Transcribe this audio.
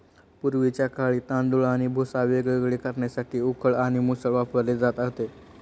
पूर्वीच्या काळी तांदूळ आणि भुसा वेगवेगळे करण्यासाठी उखळ आणि मुसळ वापरले जात होते